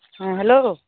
ᱦᱮᱸ ᱦᱮᱞᱳ